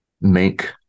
make